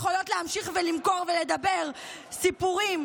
יכולות להמשיך ולמכור ולדבר סיפורים,